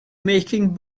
making